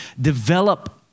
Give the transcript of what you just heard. develop